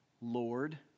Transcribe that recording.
Lord